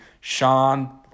Sean